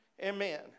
Amen